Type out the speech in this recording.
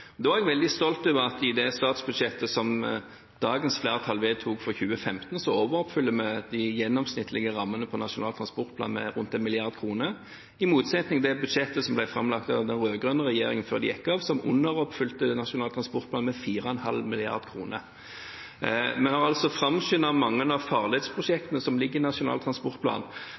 er veldig stolt over at i det statsbudsjettet som dagens flertall vedtok for 2015, overoppfyller vi de gjennomsnittlige rammene for Nasjonal transportplan med rundt 1 mrd. kr, i motsetning til det budsjettet som ble framlagt av den rød-grønne regjeringen før de gikk av, som underoppfylte den nasjonale transportplanen med 4,5 mrd. kr. Vi har framskyndet mange av